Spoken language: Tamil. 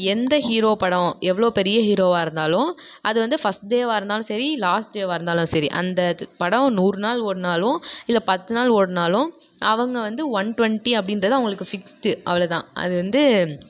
எந்த ஹீரோ படம் எவ்வளோ பெரிய ஹீரோவாக இருந்தாலும் அது வந்து ஃபர்ஸ்ட் டேவாக இருந்தாலும் சரி லாஸ்ட் டேவாக இருந்தாலும் சரி அந்த படம் நூறு நாள் ஓடினாலும் இல்லை பத்து நாள் ஓடினாலும் அவங்க வந்து ஒன் ட்வெண்ட்டி அப்படின்றது அவங்களுக்கு ஃபிக்ஸ்டு அவ்ள தான் அது வந்து